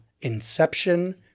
inception